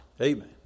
Amen